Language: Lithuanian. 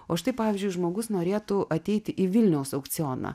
o štai pavyzdžiui žmogus norėtų ateiti į vilniaus aukcioną